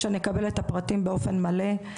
שנקבל את הפרטים באופן מלא,